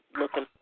Looking